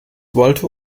wollte